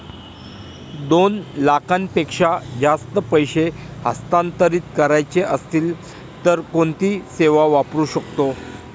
दोन लाखांपेक्षा जास्त पैसे हस्तांतरित करायचे असतील तर कोणती सेवा वापरू शकतो?